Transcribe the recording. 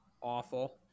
awful